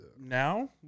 Now